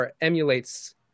emulates